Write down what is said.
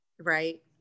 Right